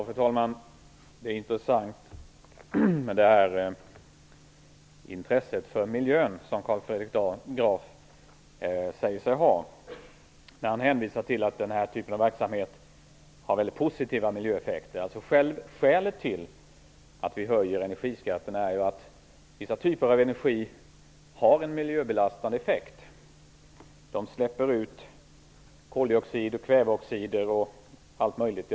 Fru talman! Det är intressant med det intresse för miljön som Carl Fredrik Graf säger sig ha, när han hänvisar till att den här typen av verksamhet har positiva miljöeffekter. Skälet till att vi höjer energiskatten är ju att vissa typer av energi har en miljöbelastande effekt och ger upphov till utsläpp av koldioxid, kväveoxider och allt möjligt.